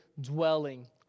dwelling